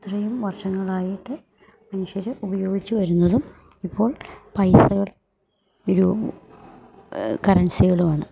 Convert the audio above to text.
ഇത്രയും വർഷങ്ങളായിട്ട് മനുഷ്യർ ഉപയോഗിച്ച് വരുന്നതും ഇപ്പോൾ പൈസകൾ ഒരു കറൻസികളുമാണ്